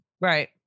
Right